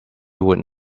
would